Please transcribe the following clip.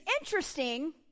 interesting